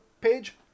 page